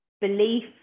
belief